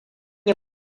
yi